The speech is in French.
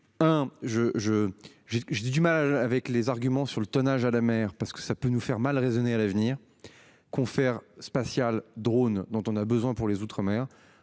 j'ai j'ai du mal avec les arguments sur le tonnage à la mer parce que ça peut nous faire mal raisonner à l'avenir. Confère spatiale drone dont on a besoin pour les outre-mer.